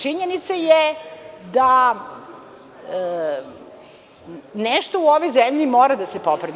Činjenica je da nešto u ovoj zemlji mora da se popravi.